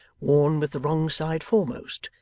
worn with the wrong side foremost,